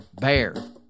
BEAR